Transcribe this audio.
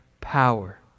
power